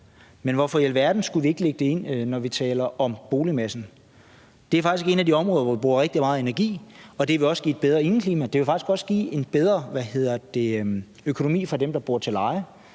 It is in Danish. Men hvorfor i alverden skulle vi ikke lægge det ind, når vi taler om boligmassen? Det er faktisk et af de områder, hvor vi bruger rigtig meget energi. Det vil også give et bedre indeklima, og det vil faktisk også give en bedre økonomi for dem, der bor til leje.